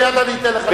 מייד אני אתן לך לשאול.